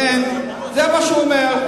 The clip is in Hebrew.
זה מה שהוא אומר.